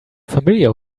familiar